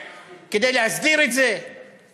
היו שלוש הודעות (אומר בערבית: